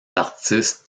artistes